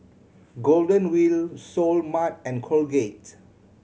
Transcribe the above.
Golden Wheel Seoul Mart and Colgate